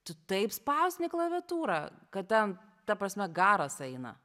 tu taip spausdini klaviatūra kad ten ta prasme garas eina